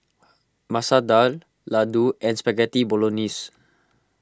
Masoor Dal Ladoo and Spaghetti Bolognese